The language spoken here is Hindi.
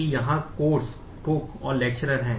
तो यहाँ Course Book और Lecturer है